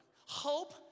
Hope